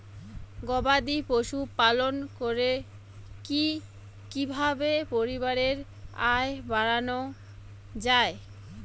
গবাদি পশু পালন করে কি কিভাবে পরিবারের আয় বাড়ানো যায়?